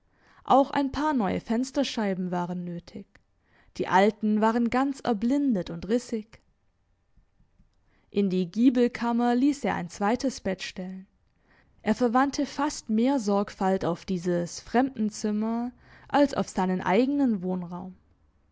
auch ein paar neue fensterscheiben waren nötig die alten waren ganz erblindet und rissig in die giebelkammer liess er ein zweites bett stellen er verwandte fast mehr sorgfalt auf dieses fremdenzimmer als auf seinen eigenen wohnraum